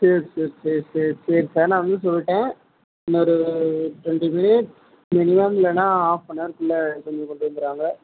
சரி சரி சரி சரி சரி சார் நான் இன்னும் சொல்லிவிட்டேன் இன்னொரு டுவெண்ட்டி மினிட்ஸ் மினிமம் இல்லைனா ஹாஃப் ஆன் அவருக்குள்ளே கொண்டு வந்துடுவாங்க